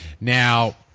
Now